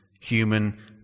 human